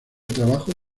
trabajo